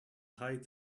height